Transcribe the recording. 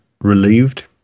relieved